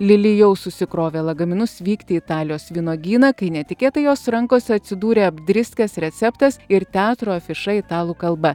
lili jau susikrovė lagaminus vykti į italijos vynuogyną kai netikėtai jos rankose atsidūrė apdriskęs receptas ir teatro afiša italų kalba